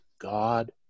God